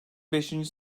beşinci